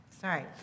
sorry